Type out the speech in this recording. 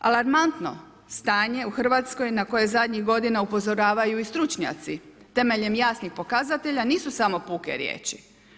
Alarmantno stanje u Hrvatskoj, na koje zadnjih godina upozoravaju i stručnjaci temeljem jasnih pokazatelja nisu samo puke riječi.